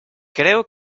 creo